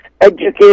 Educate